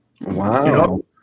Wow